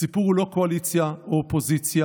הסיפור הוא לא קואליציה או אופוזיציה,